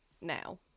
now